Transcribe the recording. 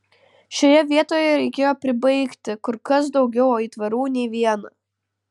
šioje vietoje reikėjo pribaigti kur kas daugiau aitvarų nei vieną